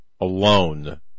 alone